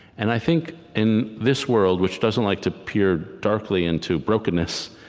and i think, in this world, which doesn't like to peer darkly into brokenness,